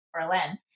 Berlin